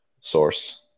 source